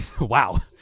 wow